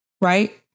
Right